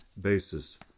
basis